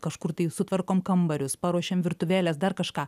kažkur tai sutvarkom kambarius paruošiam virtuvėles dar kažką